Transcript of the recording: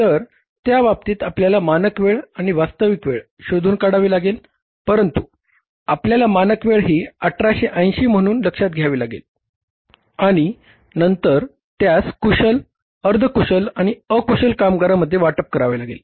तर त्या बाबतीत आपल्याला मानक वेळ शोधून काढावी लागेल परंतु आपल्याला मानक वेळ ही 1880 म्हणून लक्षात घ्यावी लागेल आणि नंतर त्यास कुशल अर्धकुशल आणि अकुशल कामगारांमध्ये वाटप करावे लागेल